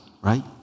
right